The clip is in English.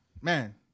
man